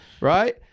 right